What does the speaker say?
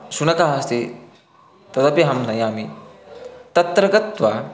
शुनकः अस्ति तदपि अहं नयामि तत्र गत्वा